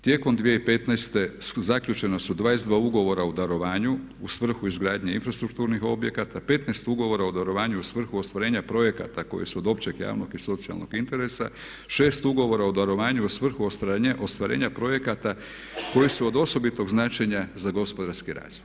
Tijekom 2015. zaključena su 22 ugovora o darovanju, u svrhu izgradnje infrastrukturnih objekata, 15 ugovara o darovanju u svrhu ostvarenja projekata koji su od općeg javnog i socijalnog interesa, 6 ugovora o darovanju u svrhu ostvarenja projekata koji su od osobitog značenja za gospodarski razvoj.